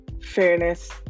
fairness